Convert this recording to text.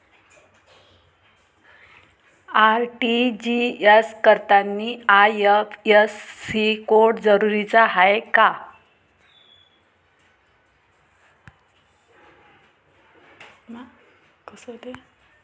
RTGS करतांनी IFSC code जरुरीचा हाय का?